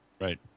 Right